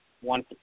one